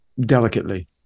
delicately